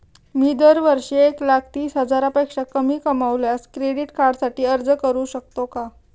मी दरवर्षी एक लाख तीस हजारापेक्षा कमी कमावल्यास क्रेडिट कार्डसाठी अर्ज करू शकतो का?